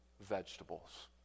vegetables